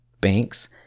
banks